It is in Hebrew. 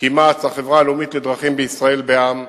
כי מע"צ, החברה הלאומית לדרכים בישראל בע"מ,